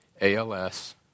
ALS